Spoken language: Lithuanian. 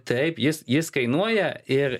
taip jis jis kainuoja ir